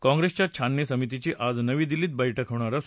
काँग्रेसच्या छाननी समितीची आज नवी दिल्लीत बैठक होणार आहे